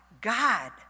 god